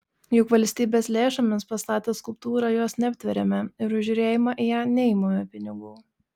juk valstybės lėšomis pastatę skulptūrą jos neaptveriame ir už žiūrėjimą į ją neimame pinigų